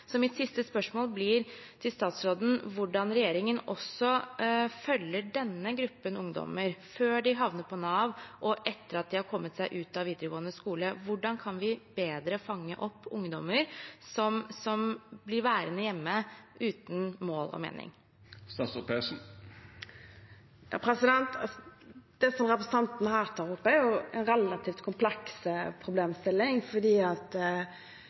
Så mitt siste spørsmål til statsråden blir hvordan regjeringen følger denne gruppen ungdommer før de havner på Nav, og etter at de har kommet seg ut av videregående skole. Hvordan kan vi bedre fange opp ungdommer som blir værende hjemme uten mål og mening? Det som representanten her tar opp, er en relativt kompleks problemstilling,